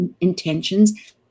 intentions